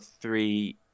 three